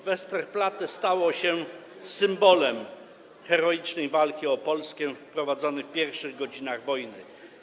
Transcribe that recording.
Westerplatte stało się symbolem heroicznej walki o Polskę prowadzonej w pierwszych godzinach wojny.